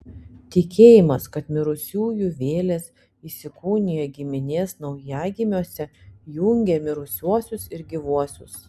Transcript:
tikėjimas kad mirusiųjų vėlės įsikūnija giminės naujagimiuose jungė mirusiuosius ir gyvuosius